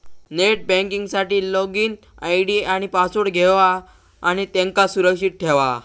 net banking साठी login I D आणि password घेवा आणि त्यांका सुरक्षित ठेवा